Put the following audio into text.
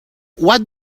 what